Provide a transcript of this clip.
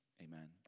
Amen